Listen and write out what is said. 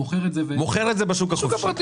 מוכר את זה בשוק החופשי.